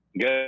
Good